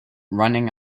running